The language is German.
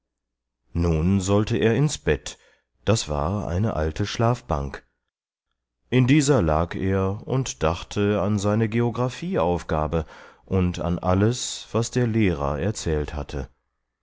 nun sollte er ins bett das war eine alte schlafbank in dieser lag er und dachte an seine geographieaufgabe und an alles was der lehrer erzählt hatte